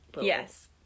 Yes